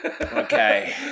Okay